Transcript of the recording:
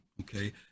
okay